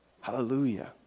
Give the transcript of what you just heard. Hallelujah